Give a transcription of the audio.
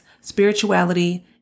spirituality